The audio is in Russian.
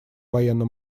военно